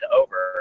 over